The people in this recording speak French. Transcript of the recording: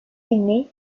filmées